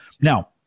Now